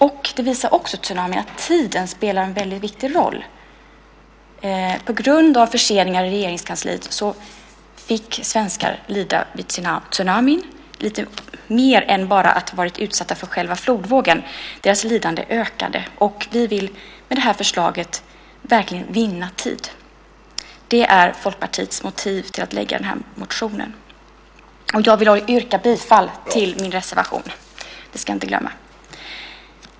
Tsunamin visar också att tiden spelar en väldigt viktig roll. På grund av förseningar i Regeringskansliet efter tsunamin fick svenskar lida lite mer än att ha varit utsatta för själva flodvågen - deras lidande ökade. Vi vill med det här förslaget verkligen vinna tid. Det är Folkpartiets motiv till att lägga den här motionen. Jag vill yrka bifall till vår reservation.